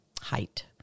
height